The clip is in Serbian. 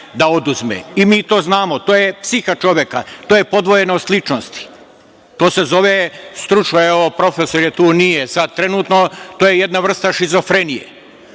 da oduzme. Mi to znamo. To je psiha čoveka. To je podvojenost ličnosti. To se zove stručno, evo, profesor je tu, nije sad trenutno, to je jedna vrsta šizofrenije.